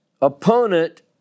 opponent